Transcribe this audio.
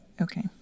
Okay